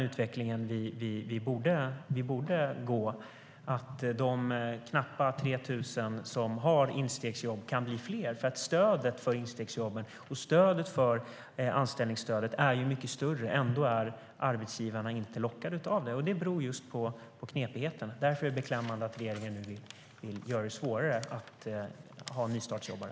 Utvecklingen borde i stället vara att de knappt 3 000 som har instegsjobb ska bli fler. Stödet för instegsjobben och anställningsstödet är ju mycket större, men ändå är arbetsgivarna inte lockade av det. Det beror just på knepigheten. Därför är det beklämmande att regeringen nu vill göra det svårare att ha nystartsjobbare.